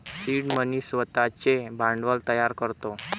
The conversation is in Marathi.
सीड मनी स्वतःचे भांडवल तयार करतो